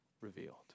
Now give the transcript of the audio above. revealed